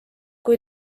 kui